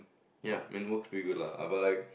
ya main work's pretty good [la] but like